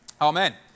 Amen